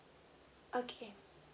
okay